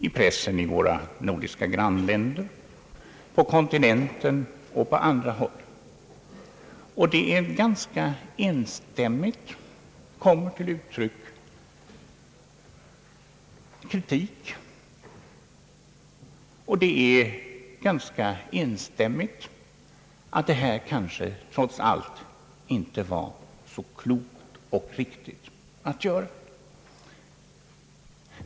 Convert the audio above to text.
I pressen i våra nordiska grannländer och på kontinenten, liksom på andra håll, kommer en ganska enstämmig kritik till uttryck. Det sägs tämligen regelmässigt där, att den svenska regeringens åtgärd kanske inte var så klok och riktig.